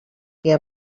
què